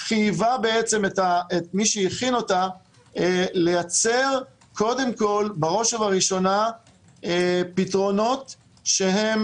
חייבה את מי שהכין אותה לייצר בראש ובראשונה פתרונות שהם